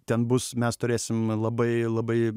ten bus mes turėsime labai labai